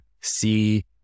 see